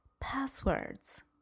passwords